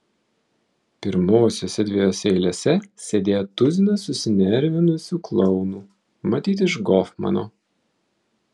pirmosiose dviejose eilėse sėdėjo tuzinas susinervinusių klounų matyt iš gofmano